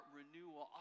renewal